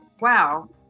Wow